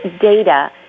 data